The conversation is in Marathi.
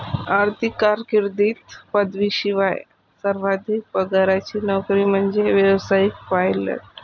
आर्थिक कारकीर्दीत पदवीशिवाय सर्वाधिक पगाराची नोकरी म्हणजे व्यावसायिक पायलट